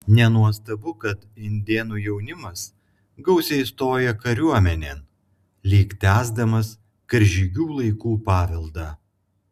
nenuostabu kad indėnų jaunimas gausiai stoja kariuomenėn lyg tęsdamas karžygių laikų paveldą